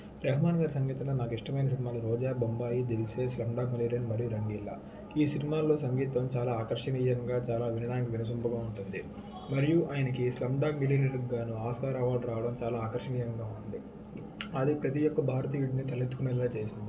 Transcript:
రెహమాన్ గారి సంగీతంలో నాకిష్టమైన సినిమాలు రోజా బొంబాయి దిల్ సే సంభక్ మురేన్ మరియు రంగీలా ఈ సినిమాల్లో సంగీతం చాలా ఆకర్షణీయంగా చాలా వినడానికి వినసొంపుగా ఉంటుంది మరియు ఆయనికి సంభక్ వినిరిరుధ్గాను ఆస్కార్ అవార్డ్ రావడం చాలా ఆకర్షణీయంగా ఉంది అది ప్రతి యొక్క భారతీయుడిని తలెత్తుకునేలా చేసింది